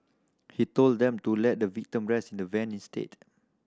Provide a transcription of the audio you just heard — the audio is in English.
he told them to let the victim rest in the van instead